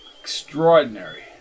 Extraordinary